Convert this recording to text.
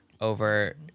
over